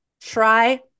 Try